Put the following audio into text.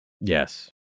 Yes